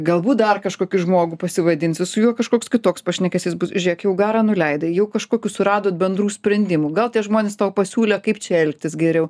galbūt dar kažkokį žmogų pasivadinsi su juo kažkoks kitoks pašnekesys bus žėk jau garą nuleidai jau kažkokių suradot bendrų sprendimų gal tie žmuonės tau pasiūlė kaip čia elgtis geriau